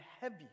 heavy